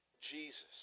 Jesus